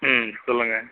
ம் சொல்லுங்கள்